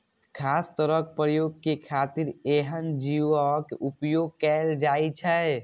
खास तरहक प्रयोग के खातिर एहन जीवक उपोयग कैल जाइ छै